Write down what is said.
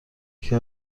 یکی